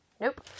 Nope